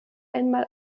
einmal